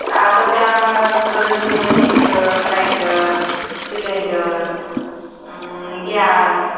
तर आता त्यात बदल होउन मिक्सर ग्राइंडर सिलेंडर गॅस